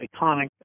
iconic